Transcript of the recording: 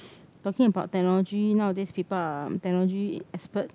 talking about technology nowadays people are technology expert